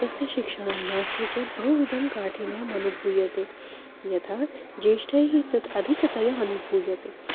तस्य शिक्षणं नास्ति चेत् बहुविधं काठिन्यम् अनुभूयते यथा ज्येष्ठैः तत् अधिकतया अनुभूयते